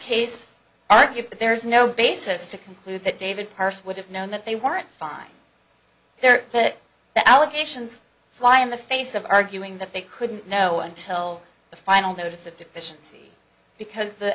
case argued that there's no basis to conclude that david pearse would have known that they weren't fine there but the allegations fly in the face of arguing that they couldn't know until the final notice of deficiency because the